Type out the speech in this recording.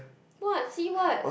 what see what